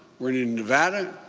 winning in nevada.